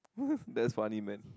that's funny man